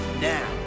now